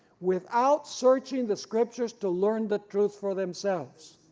without searching the scriptures to learn the truth for themselves.